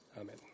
Amen